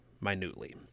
Minutely